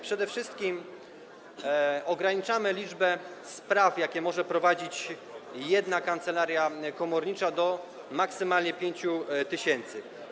Przede wszystkim ograniczamy liczbę spraw, jakie może prowadzić jedna kancelaria komornicza, do maksymalnie 5 tys.